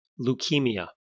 Leukemia